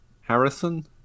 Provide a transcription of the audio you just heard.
Harrison